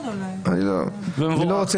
מה קורה